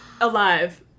Alive